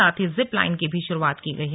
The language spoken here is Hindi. साथ ही जिप लाइन की भी शुरूआत की गई है